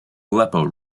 aleppo